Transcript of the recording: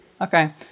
Okay